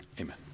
Amen